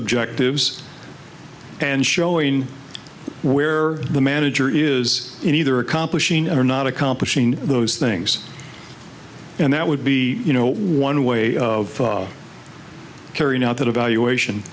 objectives and showing where the manager is in either accomplishing or not accomplishing those things and that would be you know one way of carry that evaluation